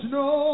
no